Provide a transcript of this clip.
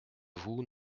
vous